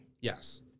Yes